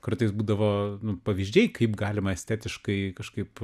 kartais būdavo nu pavyzdžiai kaip galima estetiškai kažkaip